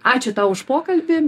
ačiū tau už pokalbį